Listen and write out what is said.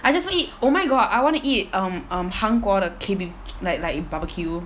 I just want eat oh my god I want to eat um um 韩国的 K_B_B~ like like barbecue